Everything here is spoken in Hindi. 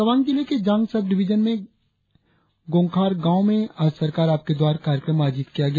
तवांग जिले के जांग सब डिविजन के गोंखार गांव में आज सरकार आपके द्वार कार्यक्रम आयोजित किया गया